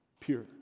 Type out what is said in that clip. pure